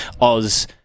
Oz